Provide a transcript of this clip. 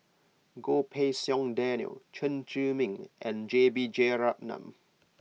Goh Pei Siong Daniel Chen Zhiming and J B Jeyaretnam